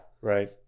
Right